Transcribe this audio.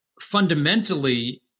fundamentally